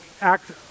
act